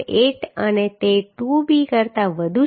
8 અને તે 2b કરતાં વધુ છે